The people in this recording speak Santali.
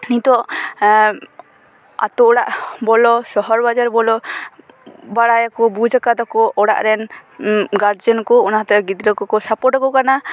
ᱱᱤᱛᱚᱜ ᱟᱛᱳ ᱚᱲᱟᱜ ᱵᱚᱞᱳ ᱥᱚᱦᱚᱨ ᱵᱟᱡᱟᱨ ᱵᱚᱞᱳ ᱵᱟᱲᱟᱭ ᱟᱠᱚ ᱵᱩᱡᱽ ᱟᱠᱟᱫᱟ ᱠᱚ ᱚᱲᱟᱜ ᱨᱮᱱ ᱜᱟᱨᱡᱮᱱ ᱠᱚ ᱚᱱᱟᱛᱮ ᱜᱤᱫᱽᱨᱟᱹ ᱠᱚ ᱠᱚ ᱥᱟᱯᱚᱴᱟᱠᱚ ᱠᱟᱱᱟ